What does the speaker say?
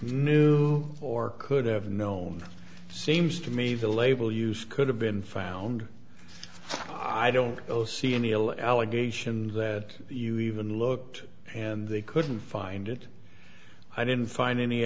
knew or could have known seems to me the label use could have been found i don't see any ill allegation that you even looked and they couldn't find it i didn't find any